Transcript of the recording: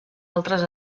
altres